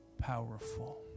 Powerful